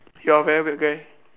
you are very weird guy